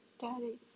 daddy